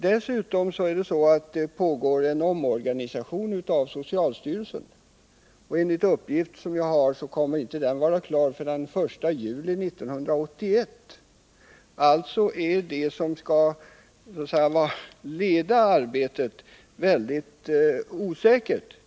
Dessutom pågår det en omorganisation av socialstyrelsen, och enligt uppgift kommer den inte att vara klar förrän den 1 juli 1981. Det är alltså väldigt osäkert hur arbetet i nämnden skall ledas.